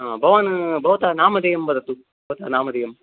हा भवान् भवतः नामधेयं वदतु भवतः नामधेयम्